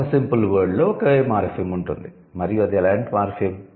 ఒక 'simple word' లో ఒకే మార్ఫిమ్ ఉంటుంది మరియు అది ఎలాంటి మార్ఫిమ్